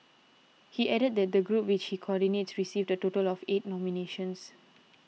he added that the group which he coordinates received a total of eight nominations